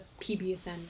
PBSN